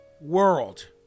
world